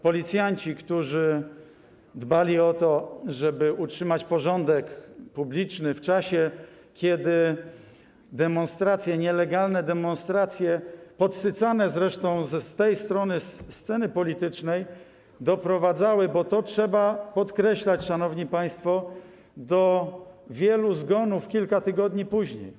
Policjanci dbali o to, żeby utrzymać porządek publiczny w czasie, kiedy nielegalne demonstracje, podsycane zresztą z tej strony sceny politycznej, doprowadzały - bo to trzeba podkreślać, szanowni państwo - do wielu zgonów kilka tygodni później.